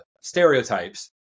stereotypes